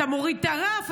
אתה מוריד את הרף,